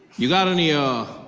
you got any, ah